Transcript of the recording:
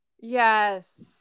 Yes